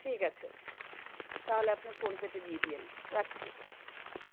ঠিক আছে তাহলে আপনি ফোনপেতে দিয়ে দেন রাখছি